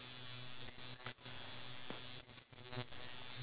when people try to take advantage of us